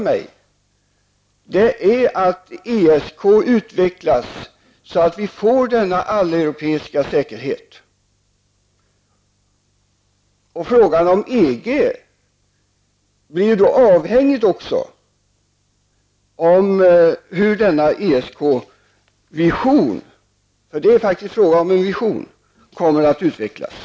Jag vill att ESK utvecklas så att vi får en alleuropeisk säkerhet. Frågan om EG blir då avhängig av hur denna ESK-vision -- för det är faktiskt fråga om en sådan -- kommer att utvecklas.